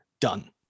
Done